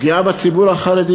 הפגיעה בציבור החרדי